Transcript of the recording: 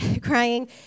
crying